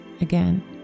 again